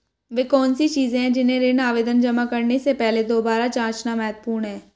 वे कौन सी चीजें हैं जिन्हें ऋण आवेदन जमा करने से पहले दोबारा जांचना महत्वपूर्ण है?